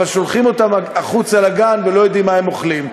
אבל שולחים אותם החוצה לגן ולא יודעים מה הם אוכלים.